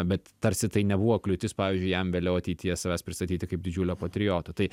bet tarsi tai nebuvo kliūtis pavyzdžiui jam vėliau ateityje savęs pristatyti kaip didžiulio patrioto tai